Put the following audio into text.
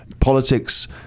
politics